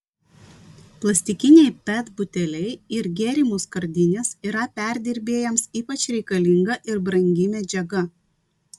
plastikiniai pet buteliai ir gėrimų skardinės yra perdirbėjams ypač reikalinga ir brangi medžiaga